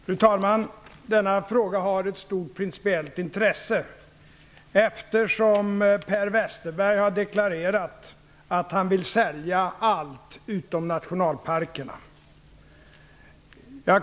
Fru talman! Denna fråga har ett stort principiellt intresse, eftersom Per Westerberg har deklarerat att han vill sälja allt utom nationalparkerna.